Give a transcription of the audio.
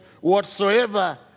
whatsoever